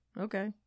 okay